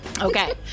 Okay